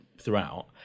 throughout